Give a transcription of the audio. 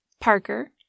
Parker